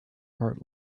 heart